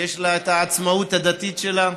ויש לה את העצמאות הדתית שלה.